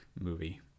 movie